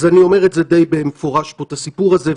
אז אני אומר את זה די במפורש פה, את הסיפור הזה.